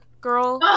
girl